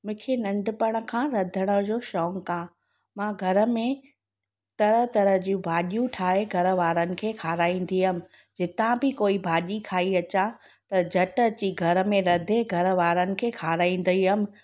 मूंखे नंढपण खां रधण जो शौक़ु आहे मां घर में तरह तरह जूं भाॼियूं ठाहे घर वारनि खे खाराईंदी हुअमि जितां बि कोई भाॼी खाई अचां त झटि अची घर में रधे घर वारनि खे खाराईंदी हुअमि